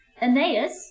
Aeneas